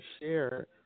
share